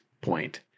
point